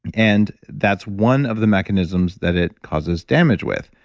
and that's one of the mechanisms that it causes damage with.